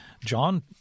John